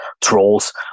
trolls